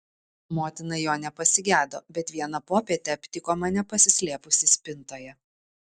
motina jo nepasigedo bet vieną popietę aptiko mane pasislėpusį spintoje